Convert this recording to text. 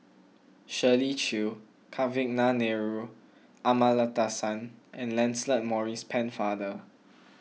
Shirley Chew Kavignareru Amallathasan and Lancelot Maurice Pennefather